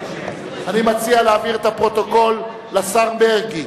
אני מציע להעביר את הפרוטוקול לשר מרגי,